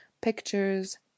pictures